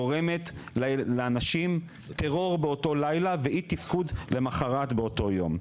גורמת לאנשים טרור באותו לילה ולאי תפקוד למחרת באותו יום.